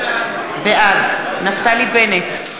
בעד נפתלי בנט,